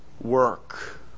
work